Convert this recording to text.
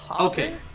Okay